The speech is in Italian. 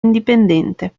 indipendente